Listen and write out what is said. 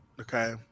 Okay